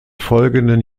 folgenden